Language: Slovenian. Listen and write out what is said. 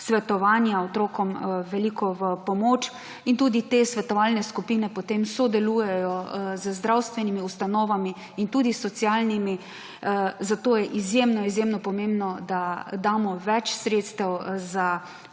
svetovanja otrokom veliko pomoč in tudi te svetovalne skupine potem sodelujejo z zdravstvenimi ustanovami in tudi s socialnimi. Zato je izjemno, izjemno pomembno, da damo več sredstev za